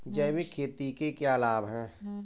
जैविक खेती के क्या लाभ हैं?